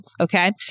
Okay